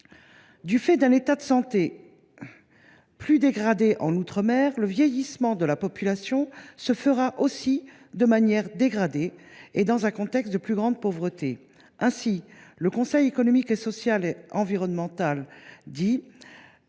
Du fait d’un état de santé plus dégradé en outre mer, le vieillissement de la population se fera aussi de manière dégradée et dans un contexte de plus grande pauvreté. Ainsi, selon le Conseil économique, social et environnemental, «